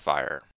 Fire